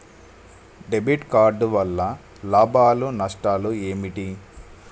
Debit card వల్ల లాభాలు నష్టాలు ఏమిటి?